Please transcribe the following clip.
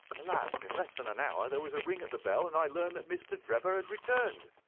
alas, in less than an hour there was a ring at the bell, and i learned that mr. drebber had returned.